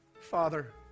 Father